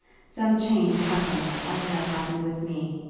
some change happens as had happened with me,